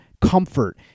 comfort